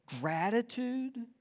gratitude